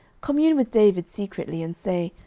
commune with david secretly, and say,